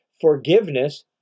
forgiveness